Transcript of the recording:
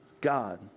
God